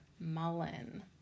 Mullen